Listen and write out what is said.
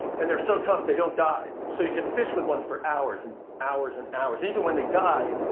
and they're so tough they don't die. so you can fish with one for hours and hours and hours. even when they die,